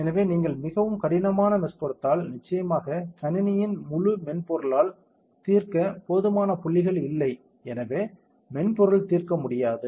எனவே நீங்கள் மிகவும் கடினமான மெஷ் கொடுத்தால் நிச்சயமாக கணினியின் முழு மென்பொருளால் தீர்க்க போதுமான புள்ளிகள் இல்லை எனவே மென்பொருள் தீர்க்க முடியாது